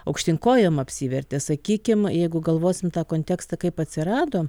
aukštyn kojom apsivertė sakykim jeigu galvosim tą kontekstą kaip atsirado